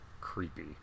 creepy